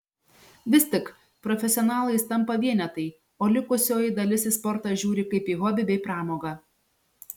vis tik profesionalais tampa vienetai o likusioji dalis į sportą žiūri kaip į hobį bei pramogą